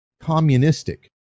communistic